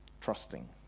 Trusting